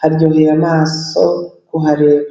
haryoheye amaso kuhareba.